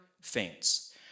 faints